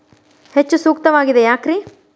ಹೆಚ್ಚು ಸೂಕ್ತವಾಗಿದೆ ಯಾಕ್ರಿ?